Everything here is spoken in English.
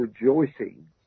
rejoicing